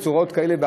בצורות כאלה ואחרות.